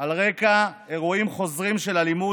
על רקע אירועים חוזרים של אלימות,